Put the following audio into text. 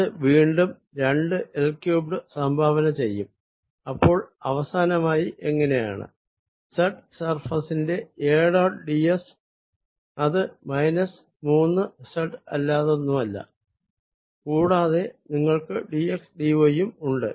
ഇത് വീണ്ടും രണ്ട് L ക്യൂബ്ഡ് സംഭാവന ചെയ്യും അപ്പോൾ അവസാനമായി എങ്ങിനെയാണ് z സർഫേസിന്റെ A ഡോട്ട് d s അത് മൈനസ് മൂന്ന് z അല്ലതൊന്നുമല്ല കൂടാതെ നിങ്ങൾക്ക് d xd y യും ഉണ്ട്